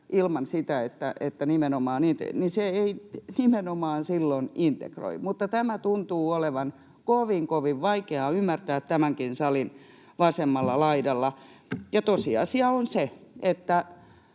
niin se ei nimenomaan silloin integroi, mutta tämä tuntuu olevan kovin, kovin vaikea ymmärtää tämänkin salin vasemmalla laidalla. Tosiasia on se,